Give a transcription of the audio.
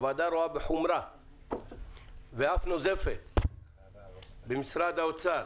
הוועדה רואה בחומרה ואף נוזפת במשרד האוצר,